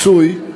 פיצוי,